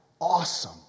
awesome